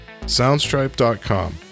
soundstripe.com